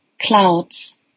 clouds